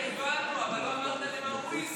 את זה הבנו, אבל לא אמרת למה הוא הסכים.